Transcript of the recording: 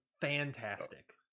fantastic